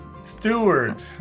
Steward